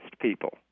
people